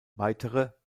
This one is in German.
weitere